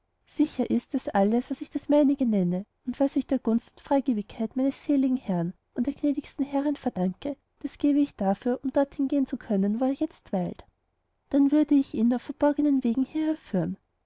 sicher ist daß alles was ich das meinige nenne und was ich der gunst und freigebigkeit meines seligen herrn und der gnädigsten herrin verdanke das gäbe ich gern dafür um dorthin gehen zu können wo er jetzt weilt dann würde ich ihn auf verborgenen wegen hierher führen